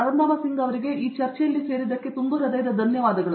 ಅರಂದಾಮ ಸಿಂಗ್ ಧನ್ಯವಾದಗಳು